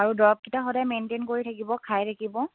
আৰু দৰৱকিটা সদায় মেইনটেইন কৰি থাকিব খাই থাকিব